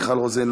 מיכל רוזין,